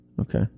Okay